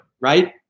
right